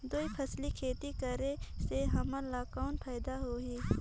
दुई फसली खेती करे से हमन ला कौन फायदा होही?